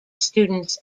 students